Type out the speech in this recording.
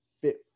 fit